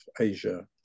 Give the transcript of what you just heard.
Asia